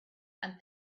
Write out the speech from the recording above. and